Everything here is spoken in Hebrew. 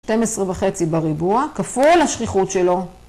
12 וחצי בריבוע, כפול השכיחות שלו.